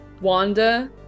Wanda